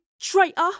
traitor